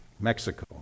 Mexico